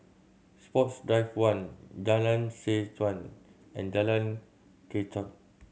Sports Drive One Jalan Seh Chuan and Jalan Kechot